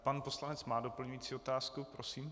Pan poslanec má doplňující otázku, prosím.